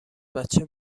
بچه